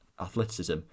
athleticism